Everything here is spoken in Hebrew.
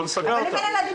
רופין.